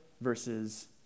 versus